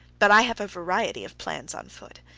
but i have a variety of plans on foot.